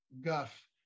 guff